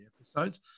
episodes